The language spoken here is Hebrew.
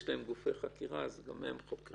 יש להם גופי חקירה אז גם הם חוקרים.